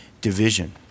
division